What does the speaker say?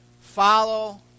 Follow